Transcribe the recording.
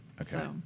Okay